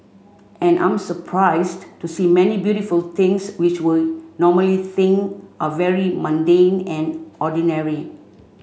and I'm surprised to see many beautiful things which we normally think are very mundane and ordinary